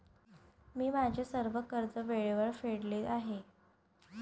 मी माझे सर्व कर्ज वेळेवर फेडले आहे